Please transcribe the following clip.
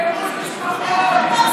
גירוש משפחות.